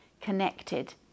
connected